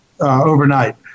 overnight